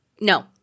No